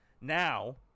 now